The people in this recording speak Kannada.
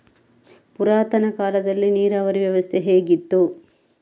ಪುರಾತನ ಕಾಲದಲ್ಲಿ ನೀರಾವರಿ ವ್ಯವಸ್ಥೆ ಹೇಗಿತ್ತು?